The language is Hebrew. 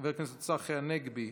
חבר הכנסת צחי הנגבי,